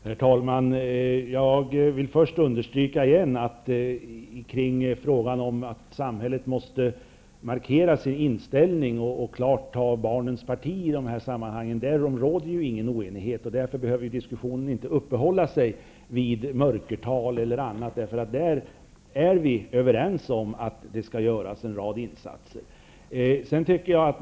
Herr talman! Jag vill först beträffande frågan om att samhället måste markera sin inställning och klart ta barnens parti i dessa sammanhang återigen understryka att det inte råder någon oenighet om detta. Diskussionen behöver därför inte uppehålla sig vid mörkertal och annat, eftersom vi är överens om att en rad insatser skall göras i detta sammanhang.